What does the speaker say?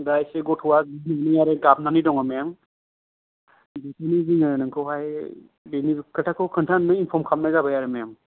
दा एसे गथ'आ गाबनानै दङ मेम बेनि जुनै नोंखौहाय बेनि खोथाखौ खोन्थानानै इनफर्म खालानाय जाबाय मेम